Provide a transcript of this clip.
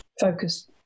focus